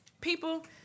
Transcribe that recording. people